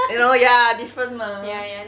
you know ya different mah